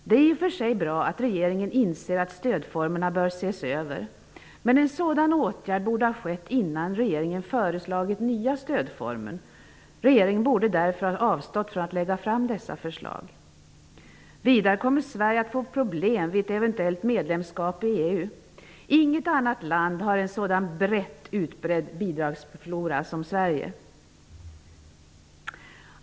Det är i och för sig bra att regeringen inser att stödformerna bör ses över, men en sådan åtgärd borde ha skett innan regeringen föreslagit nya stödformer. Regeringen borde därför ha avstått från att lägga fram dessa förslag. Vidare kommer Sverige att få problem vid ett eventuellt medlemskap i EU. Inget annat land har en sådan kraftigt utbredd bidragsflora som Sverige.